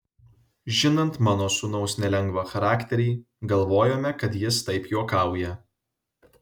žinant mano sūnaus nelengvą charakterį galvojome kad jis taip juokauja